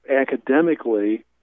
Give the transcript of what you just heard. academically